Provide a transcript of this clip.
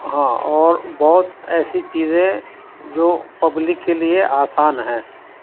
ہاں اور بہت ایسی چیزیں جو پبلک کے لیے آسان ہیں